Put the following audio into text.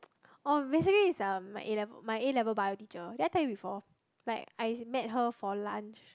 oh basically it's like my A-level my A-level bio teacher did I tell you before like I met her for lunch